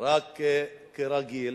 רק שכרגיל,